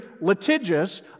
litigious